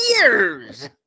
Years